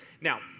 Now